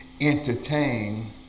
entertain